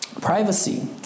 privacy